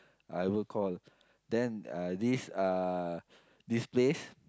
I will call then uh this uh this place